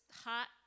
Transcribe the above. hot